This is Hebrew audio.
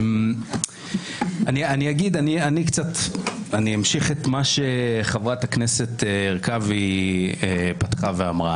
אני אמשיך את מה שחברת הכנסת הרכבי פתחה בו ואמרה.